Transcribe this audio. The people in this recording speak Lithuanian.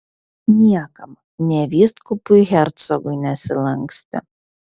niekam nė vyskupui hercogui nesilankstė